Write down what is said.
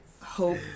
hope